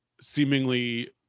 seemingly